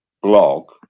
blog